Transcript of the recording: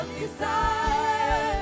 desire